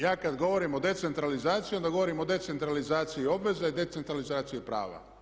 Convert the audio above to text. Ja kad govorimo o decentralizaciji onda govorim o decentralizaciji obveza i decentralizaciji prava.